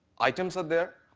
items are there?